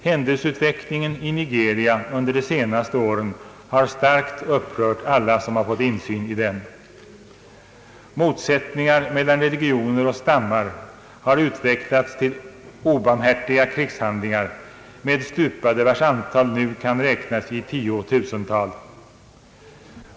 Händelseutvecklingen i Nigeria under de senaste åren har starkt upprört alla som har fått insyn i den. Motsättningar mellan religioner och stammar har utvecklats till obarmhärtiga krigshandlingar med stupade, vilkas antal nu kan räknas i tiotusental.